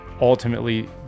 ultimately